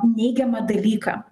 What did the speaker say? neigiamą dalyką